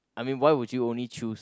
I mean why would you only choose